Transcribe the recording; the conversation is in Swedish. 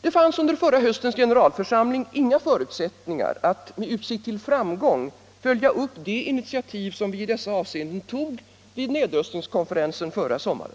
Det fanns under förra höstens generalförsamling inga förutsättningar att med utsikt till framgång följa upp det initiativ som vi i dessa avseenden tog vid nedrustningskonferensen förra sommaren.